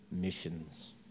missions